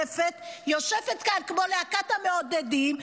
יושבת כאן כמו להקת המעודדים,